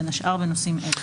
בין השאר בנושאים אלה.